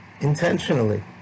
intentionally